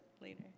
later